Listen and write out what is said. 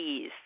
ease